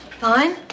fine